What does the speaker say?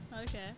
Okay